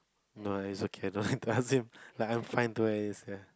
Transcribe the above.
no it's okay I don't like to ask him like I'm fine ya